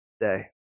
day